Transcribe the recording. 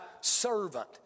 servant